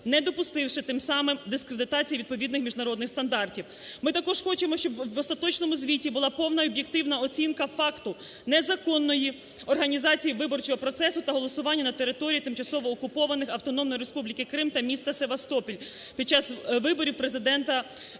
не допустивши тим самим дискредитацію відповідних міжнародних стандартів. Ми також хочемо, щоб в остаточному звіті була повна і об'єктивна оцінка факту незаконної організації виборчого процесу та голосування на території тимчасово окупованих Автономної Республіки Крим та міста Севастополь під час виборів Президента